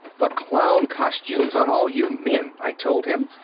the clown costumes on all you men, i told him,